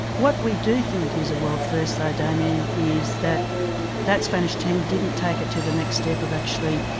what we do think is a world first though damien, is that that spanish team didn't take it to the next step of actually